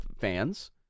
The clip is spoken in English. fans